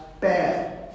bad